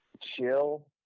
chill